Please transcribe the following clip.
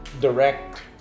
direct